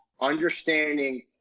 understanding